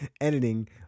editing